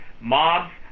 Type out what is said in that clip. mobs